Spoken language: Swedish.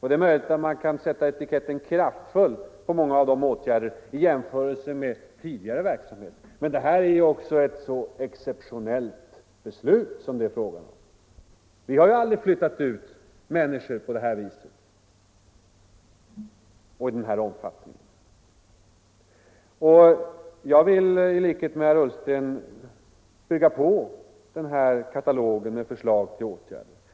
Det är möjligt att man kan sätta etiketten ”kraftfull” på många av de åtgärder som vidtagits i jämförelse med dem som vidtagits i tidigare verksamhet, men här är det ju också fråga om ett exceptionellt beslut, eftersom vi aldrig tidigare har flyttat ut människor på det här viset och i sådan omfattning. Jag vill i likhet med herr Ullsten bygga på katalogen med förslag till åtgärder.